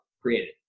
created